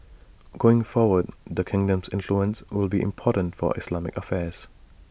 going forward the kingdom's influence will be important for Islamic affairs